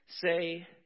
say